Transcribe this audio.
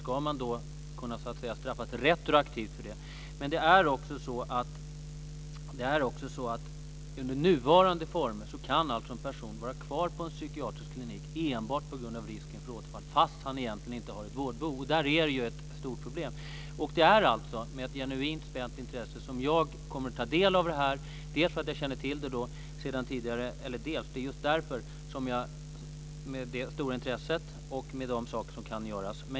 Frågan är om man då ska kunna straffas retroaktivt för det. Men det är också så att under nuvarande former kan en person vara kvar på psykiatrisk klinik enbart på grund av risken för återfall, trots att han egentligen inte har ett vårdbehov. Det är ett stort problem. Det är alltså med ett genuint spänt intresse som jag kommer att ta del av det här därför att jag känner till det sedan tidigare, med de saker som kan göras.